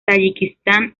tayikistán